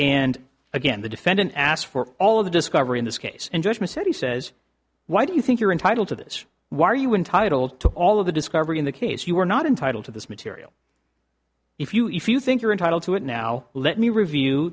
and again the defendant asked for all of the discovery in this case and judgment said he says why do you think you're entitled to this why are you entitle to all of the discovery in the case you are not entitled to this material if you if you think you're entitled to it now let me review